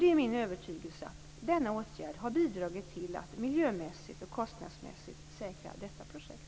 Det är min övertygelse att denna åtgärd har bidragit till att miljömässigt och kostnadsmässigt säkra detta projekt.